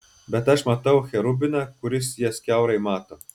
bet aš matau cherubiną kuris jas kiaurai mato